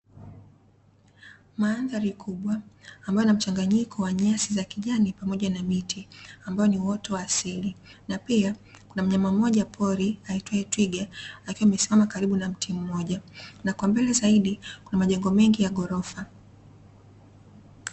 Mandhari kubwa, ambayo ina mchanganyiko wa nyasi za kijani pamoja na miti, ambao ni uotu wa asili. Na pia kuna mnyama mmoja wa pori aitwaye twiga, akiwa amesimama karibu na mti mmoja. Na kwambele zaidi kuna majengo mengi ya ghorofa.